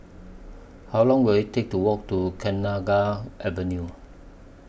How Long Will IT Take to Walk to Kenanga Avenue